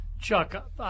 Chuck